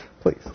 please